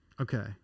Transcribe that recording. Okay